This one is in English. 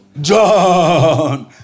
John